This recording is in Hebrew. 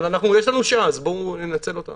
יש לנו שעה, אז ננצל אותה.